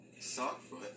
Sock-foot